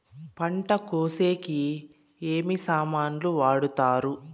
పంట కోసేకి ఏమి సామాన్లు వాడుతారు?